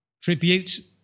tribute